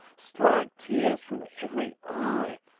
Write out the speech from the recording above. strike tears from every eye,